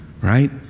right